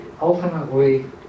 Ultimately